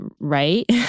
right